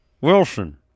Wilson